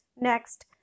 Next